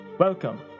Welcome